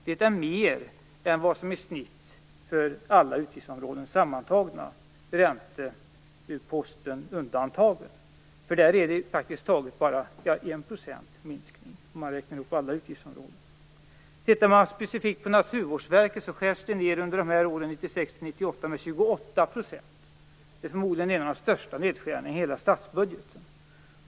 Det är mer än genomsnittet för alla utgiftsområden sammantagna, ränteposten undantagen. Där är det bara fråga om en minskning på 1 %, om man räknar ihop alla utgiftsområden. Om man tittar specifikt på Naturvårdsverket skärs det under åren 1996-1998 ned med 28 %. Det är förmodligen en av de största nedskärningarna i hela statsbudgeten.